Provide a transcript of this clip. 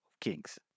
kings